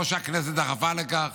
שהכנסת דחפה לכך,